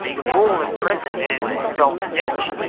the rule in prison is don't snitch.